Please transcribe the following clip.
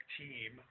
team